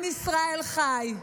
עם ישראל חי.